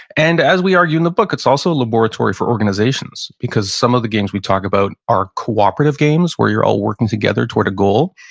and as we argue in the book, it's also a laboratory for organizations, because some of the games we talk about are cooperative games where you're all working together toward a goal.